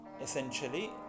essentially